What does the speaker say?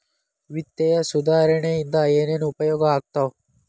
ವಿತ್ತೇಯ ಸುಧಾರಣೆ ಇಂದ ಏನೇನ್ ಉಪಯೋಗ ಆಗ್ತಾವ